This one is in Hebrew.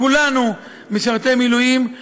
כולנו משרתי מילואים,